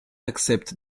accept